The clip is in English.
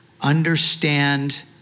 understand